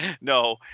no